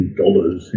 dollars